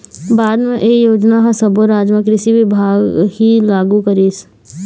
बाद म ए योजना ह सब्बो राज म कृषि बिभाग ह लागू करिस